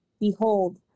Behold